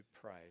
pray